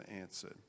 answered